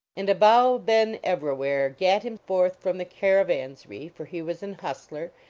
and abou ben evrawhair gat him forth from the caravanserai, for he was an hustler,